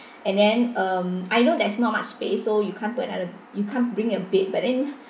and then um I know there's not much space so you can't put anoth~ you can't bring a bed but then